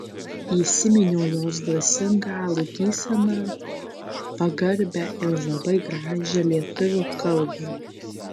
įsiminiau jos dvasingą laikyseną pagarbią ir labai gražią lietuvių kalbą